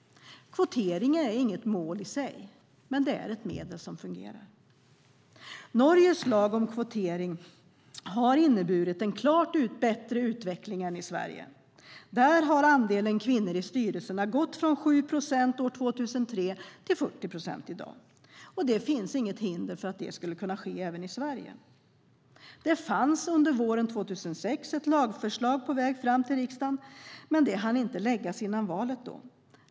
Kvotering i sig är inget mål, men den är ett medel som fungerar. Norges lag om kvotering har inneburit en klart bättre utveckling än utvecklingen i Sverige. I Norge har andelen kvinnor i styrelser ökat från 7 procent år 2003 till 40 procent i dag. Det finns inget hinder för att det skulle kunna ske även i Sverige. Våren 2006 var ett lagförslag på väg fram till riksdagen, men det hann inte läggas fram före valet.